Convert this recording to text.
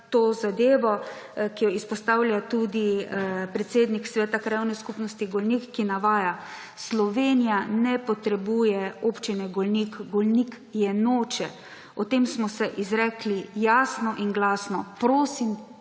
to zadevo, ki jo izpostavlja tudi predsednik sveta Krajevne skupnosti Golnik, ki navaja: »Slovenija ne potrebuje Občine Golnik. Golnik je noče. O tem smo se izrekli jasno in glasno. Prosim,